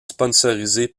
sponsorisée